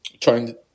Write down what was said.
trying